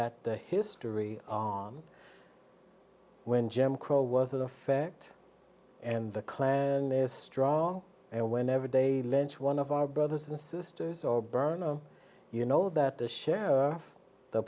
at the history when jim crow was in effect and the klan is strong and whenever day lynch one of our brothers and sisters or burn you know that the sheriff the